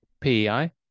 PEI